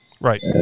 Right